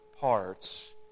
parts